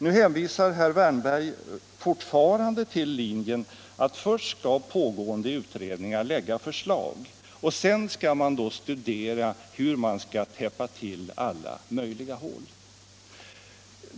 Nu hänvisar herr Wärnberg fortfarande till linjen att först skall pågående utredningar lägga fram förslag och sedan skall man studera hur man skall täppa till alla möjliga hål.